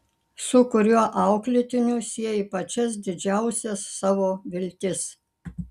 su kuriuo auklėtiniu sieji pačias didžiausias savo viltis